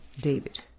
David